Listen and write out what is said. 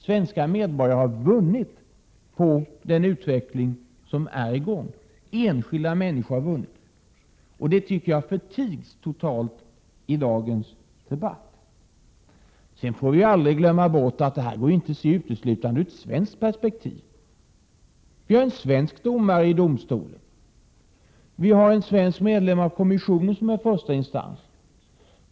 Svenska medborgare, enskilda människor, har vunnit på den utveckling som är i gång. Detta förtigs totalt i dagens debatt. Vi får aldrig glömma bort att detta inte går att uteslutande ses ur ett svenskt perspektiv. Vi har en svensk domare i domstolen och en svensk är medlem i kommissionen, som är första instans.